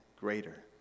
greater